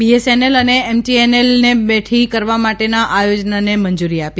BSNL અને MTNL ને બેઠી કરવા માટેના આયોજનાને મંજૂરી આપી